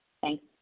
Thanks